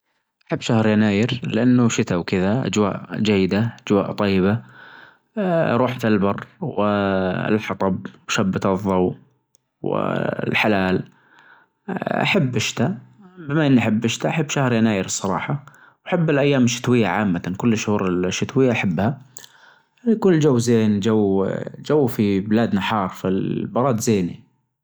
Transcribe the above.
احب شهر يناير لانه شتا وكذا اجواء جيدة اجواء طيبة أروح البر الحطب وشبت الظو والحلال احب الشتا بما اني احب الشتا احب شهر يناير الصراحة واحب الايام الشتوية عامة كل الشهور الشتوية احبها كل جو زين جو اه جو في بلادنا حار فالبرد زين.